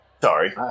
Sorry